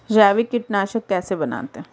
जैविक कीटनाशक कैसे बनाते हैं?